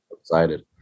excited